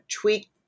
tweak